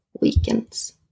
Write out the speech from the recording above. weekends